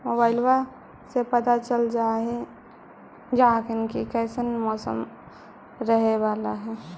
मोबाईलबा से पता चलिये जा हखिन की कैसन आज मौसम रहे बाला है?